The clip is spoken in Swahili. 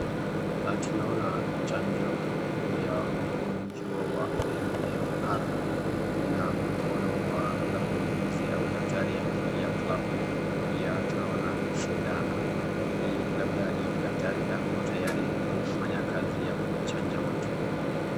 Hapa tunaona chanjo ya ugonjwa wa MMR na mkono wa labda muuguzi au daktari amevalia glavu pia tunaona sindano. Hii labda ni daktari ako tayari kufanya kazi ya kuchanja watu.